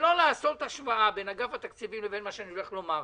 שלא לעשות השוואה בין אגף התקציבים לבין מה שאני הולך לומר עכשיו,